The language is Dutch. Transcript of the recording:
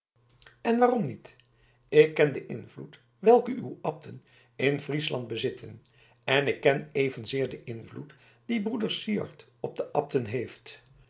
en waarom niet ik ken den invloed welken uw abten in friesland bezitten en ik ken evenzeer den invloed dien broeder syard op de abten heeft